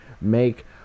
make